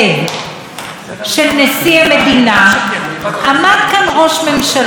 עמד כאן ראש ממשלה שצריך היה להיות ממלכתי,